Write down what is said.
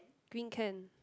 green can